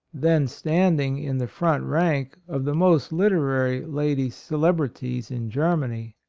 then standing in the front rank of the most literary lady cele brities in germany.